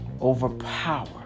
overpower